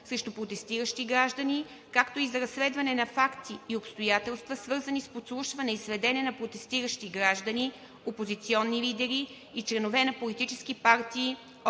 срещу протестиращи граждани, както и за разследване на факти и обстоятелства, свързани с подслушване и следене на протестиращи граждани, опозиционни лидери и членове на политически партии от